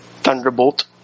Thunderbolt